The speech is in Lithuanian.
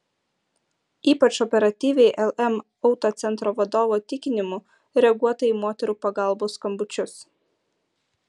ypač operatyviai lm autocentro vadovo tikinimu reaguota į moterų pagalbos skambučius